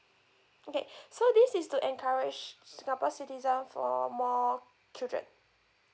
okay so this is to encourage singapore citizen for more children